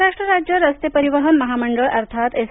महाराष्ट्र राज्य रस्ते परिवहन महामंडळ अर्थात एस